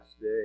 day